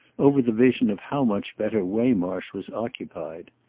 over the vision of how much better waymarsh was occupied.